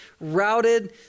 routed